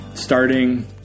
starting